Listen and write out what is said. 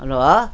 hello